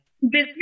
business